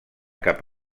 cap